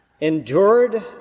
endured